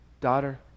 daughter